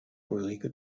ulrike